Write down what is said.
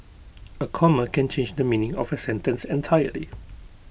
A comma can change the meaning of A sentence entirely